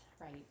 right